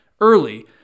early